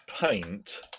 paint